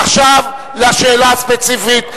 עכשיו לשאלה הספציפית.